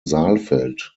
saalfeld